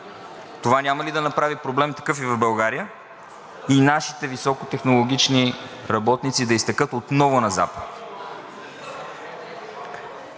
Това няма ли да направи и такъв проблем и в България и нашите високотехнологични работници да изтекат отново на Запад?